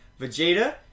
Vegeta